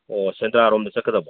ꯑꯣ ꯁꯦꯟꯗ꯭ꯔꯥꯂꯣꯝꯗ ꯆꯠꯀꯗꯕ